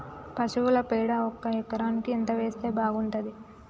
పశువుల పేడ ఒక ఎకరానికి ఎంత వేస్తే బాగుంటది?